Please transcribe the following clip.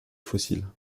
fossiles